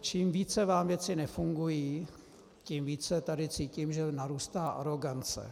Čím více vám věci nefungují, tím více tady cítím, že narůstá arogance.